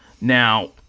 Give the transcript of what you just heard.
Now